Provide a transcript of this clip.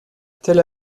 tel